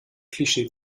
klischee